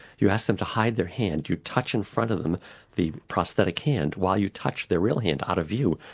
you ask them to hide their hand, you touch in front of them the prosthetic hand while you touch their real hand out of view,